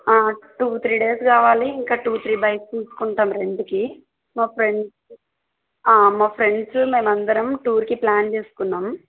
two three days కావాలి ఇంకా two three bikes తీసుకుంటాం రెంట్కి మాకు ఫ్రెండ్స్ మా ఫ్రెండ్స్ మేము అందరం టూర్కి ప్ల్యాన్ చేసుకున్నాం